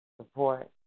support